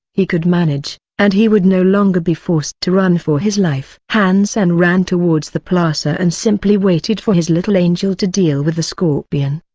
he could manage, and he would no longer be forced to run for his life. han sen ran towards the plaza and simply waited for his little angel to deal with the scorpion.